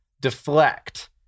deflect